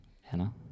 Hannah